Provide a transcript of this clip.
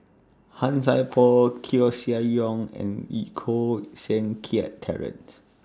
Han Sai Por Koeh Sia Yong and Koh Seng Kiat Terence